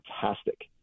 fantastic